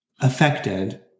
affected